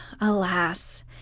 alas